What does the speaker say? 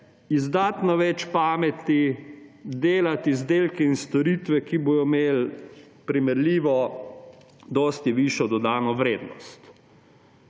izdatno več pameti delati izdelke in storitve, ki bodo imeli primerljivo dosti višjo dodano vrednost.